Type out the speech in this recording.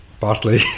partly